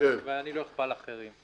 ואני לא אכפה על אחרים.